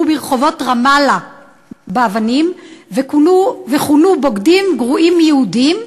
ברחובות רמאללה באבנים וכונו "בוגדים" ו"גרועים מיהודים".